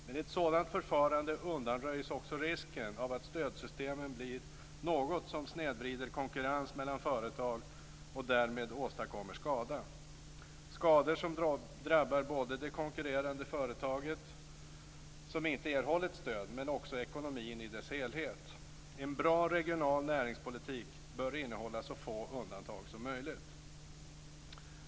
Med ett sådant förfarande undanröjs också risken av att stödsystemen blir något som snedvrider konkurrens mellan företag och därmed åstadkommer skada, skada som drabbar både det konkurrerande företaget, som inte erhållit stöd, och ekonomin i dess helhet. En bra regional näringspolitik bör innehålla så få undantag som möjligt.